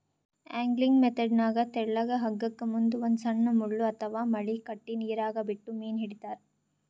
angling ಮೆಥೆಡ್ನಾಗ್ ತೆಳ್ಳಗ್ ಹಗ್ಗಕ್ಕ್ ಮುಂದ್ ಒಂದ್ ಸಣ್ಣ್ ಮುಳ್ಳ ಅಥವಾ ಮಳಿ ಕಟ್ಟಿ ನೀರಾಗ ಬಿಟ್ಟು ಮೀನ್ ಹಿಡಿತಾರ್